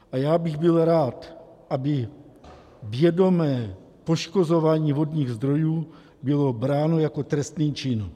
A já bych byl rád, aby vědomé poškozování vodních zdrojů bylo bráno jako trestný čin.